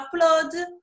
upload